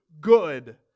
good